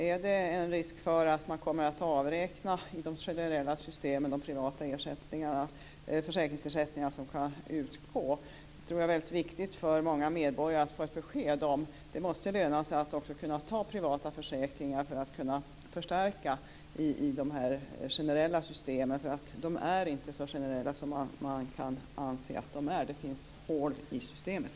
Är det en risk för att man kommer att avräkna de privata försäkringsersättningar som kan utgå i de generella systemen? Det är viktigt för många medborgare att få ett besked. Det måste löna sig att ta privata försäkringar för att förstärka de generella systemen. De är inte så generella. Det finns hål i systemen.